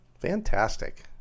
Fantastic